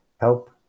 help